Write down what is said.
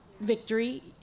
victory